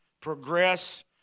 progress